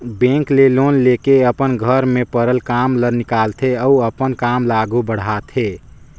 bank ले loan लेके अपन घर में परल काम ल निकालथे अउ अपन काम ल आघु बढ़ाथे